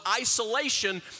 isolation